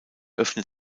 öffnet